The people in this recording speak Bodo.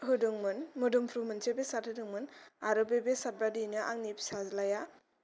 होदोंमोन मोदोमफ्रु मोनसे बेसाद होदोंमोन आरो बे बेसाद बादियैनो आंनि फिसाज्लाया